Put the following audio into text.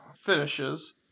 finishes